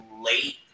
late